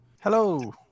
Hello